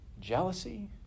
jealousy